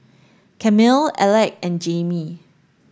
Camille Alec and Jaimie